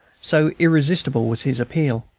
so irresistible was his appeal,